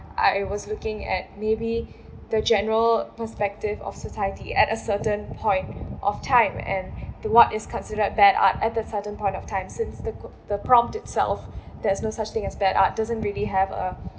I was looking at maybe the general perspective of society at a certain point of time and the what is considered bad art at the certain point of time since the cu~ the prompt itself there's no such thing as bad art doesn't really have a